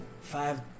five